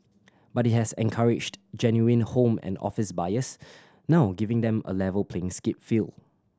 but it has encouraged genuine home and office buyers now giving them a level playing skate field